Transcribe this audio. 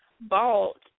bought